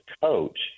coach